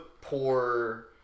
poor